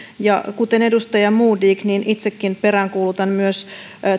ja kuten edustaja modig itsekin peräänkuulutan myös